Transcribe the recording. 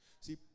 See